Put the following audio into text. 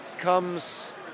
comes